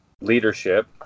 leadership